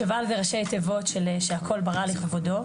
שוב"ל זה ראשי תיבות של שהכל ברא לכבודו.